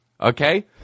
Okay